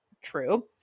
True